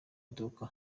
iduka